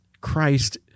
Christ